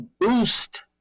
boost